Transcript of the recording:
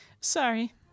Sorry